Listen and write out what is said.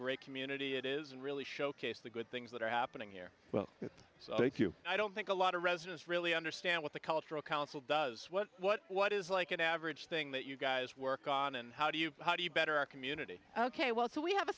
great community it is really showcase the good things that are happening here well so thank you i don't think a lot of residents really understand what the cultural council does what what what is like an average thing that you guys work on and how do you how do you better our community ok well so we have a